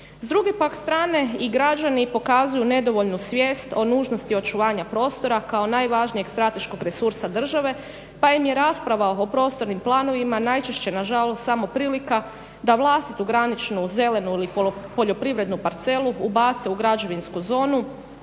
S druge pak strane i građani pokazuju nedovoljnu svijest o nužnosti očuvanja prostora kao najvažnijeg strateškog resursa države, pa im je rasprava o prostornim planovima najčešće na žalost samo prilika da vlastitu graničnu zelenu poljoprivrednu parcelu ubace u građevinsku zonu